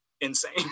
insane